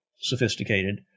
sophisticated